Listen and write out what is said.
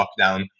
lockdown